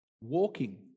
walking